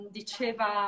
diceva